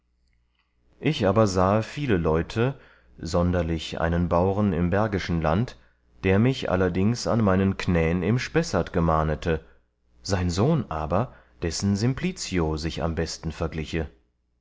ich aber sahe viel leute sonderlich einen bauren im bergischen land der mich allerdings an meinen knän im spessert gemahnete sein sohn aber dessen